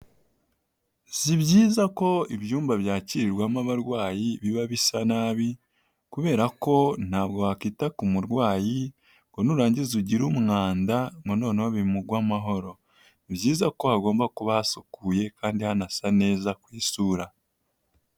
Si byiza ko ibyumba byakirirwamo abarwayi biba bisa nabi, kubera ko ntabwo wakita ku murwayi ngo nurangiza ugire umwanda, ngo noneho bimugwe amahoro, ni byiza ko hagomba kuba hasukuye kandi hanasa neza ku isura.